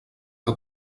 que